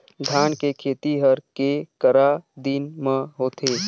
धान के खेती हर के करा दिन म होथे?